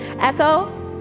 Echo